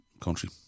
country